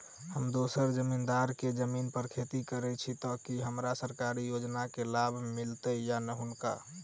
हम दोसर जमींदार केँ जमीन पर खेती करै छी तऽ की हमरा सरकारी योजना केँ लाभ मीलतय या हुनका?